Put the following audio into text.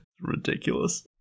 Ridiculous